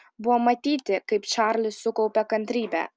buvo matyti kaip čarlis sukaupia kantrybę